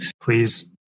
please